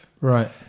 Right